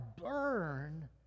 burn